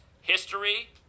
history